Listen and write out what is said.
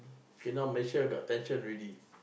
okay now Malaysia got tension already